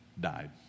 died